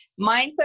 mindset